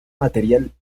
material